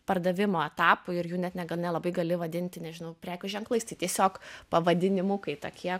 pardavimo etapui ir jų net ne gal nelabai gali vadinti nežinau prekių ženklais tai tiesiog pavadinimukai tokie